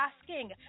asking